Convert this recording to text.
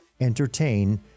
entertain